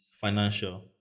financial